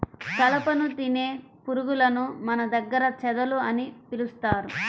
కలపను తినే పురుగులను మన దగ్గర చెదలు అని పిలుస్తారు